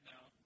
now